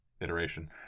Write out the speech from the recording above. iteration